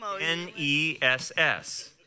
N-E-S-S